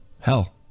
hell